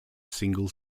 single